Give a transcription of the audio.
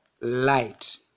light